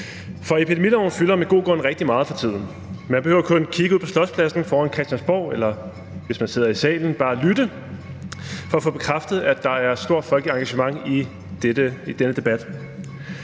epidemiloven fylder med god grund rigtig meget for tiden. Man behøver kun kigge ud på Slotspladsen foran Christiansborg, eller hvis man sidder i salen, bare lytte, for at få bekræftet, at der er et stort folkeligt engagement i denne debat.